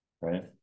right